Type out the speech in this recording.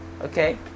okay